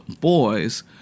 boys